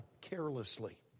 carelessly